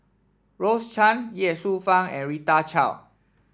Rose Chan Ye Shufang and Rita Chao